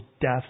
death